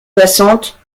soixante